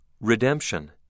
Redemption